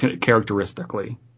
characteristically